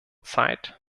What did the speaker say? zeit